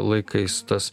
laikais tas